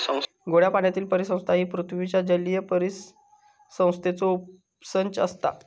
गोड्या पाण्यातीली परिसंस्था ही पृथ्वीच्या जलीय परिसंस्थेचो उपसंच असता